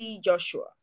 Joshua